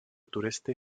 turisty